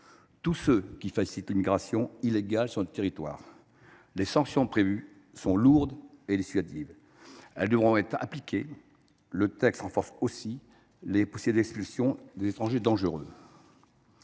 tous ceux qui facilitent l’immigration illégale sur notre territoire. Les sanctions prévues sont lourdes et dissuasives. Elles devront être appliquées. Il renforce ensuite les possibilités d’expulsion des étrangers dangereux.